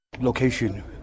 Location